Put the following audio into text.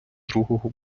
другого